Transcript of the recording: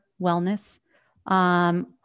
wellness